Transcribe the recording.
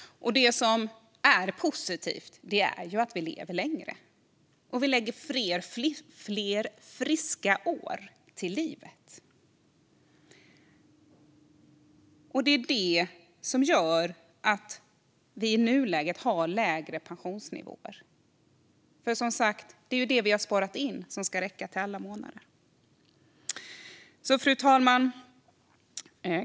Det som är positivt är att vi lever längre. Vi lägger fler friska år till livet. Det gör också att vi i nuläget har lägre pensionsnivåer. Det är som sagt det vi har sparat in som ska räcka till alla månader. Fru talman!